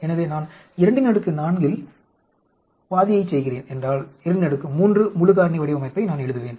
எனவே நான் 24 இல் 24 12 யைச் செய்கிறேன் என்றால் 23 முழு காரணி வடிவமைப்பை நான் எழுதுவேன்